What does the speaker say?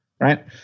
right